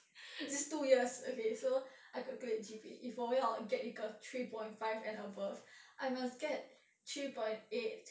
these two years okay so I calculate G_P_A if 我要 get 一个 three point five and above I must get three point eight